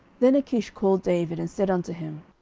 then achish called david, and said unto him,